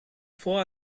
vor